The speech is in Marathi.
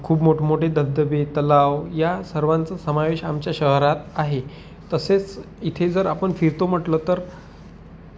खूप मोठमोठे धबधबे तलाव या सर्वांचा समावेश आमच्या शहरात आहे तसेच इथे जर आपण फिरतो म्हटलं तर